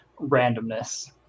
randomness